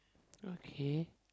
okay